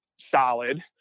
solid